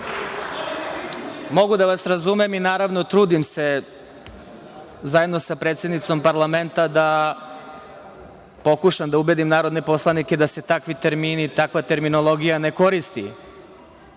da vas razumem i naravno trudim se, zajedno sa predsednicom parlamenta, da pokušam da ubedim narodne poslanike da se takvi termini, takva terminologija ne koristi.